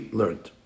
learned